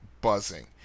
buzzing